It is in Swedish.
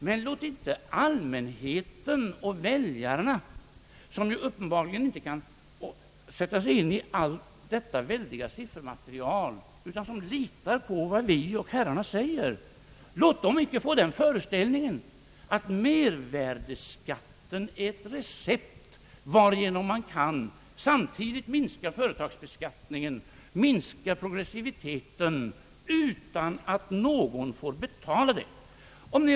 Men låt inte allmänheten och väljarna, som uppenbarligen inte kan sätta sig in i hela detta väldiga siffermaterial, utan som litar på vad vi och herrarna säger, få den föreställningen att mervärdeskatten är ett recept, som gör det möjligt att minska både företagsbeskattningen och progressiviteten utan att någon får betala det.